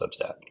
Substack